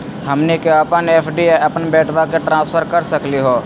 हमनी के अपन एफ.डी अपन बेटवा क ट्रांसफर कर सकली हो?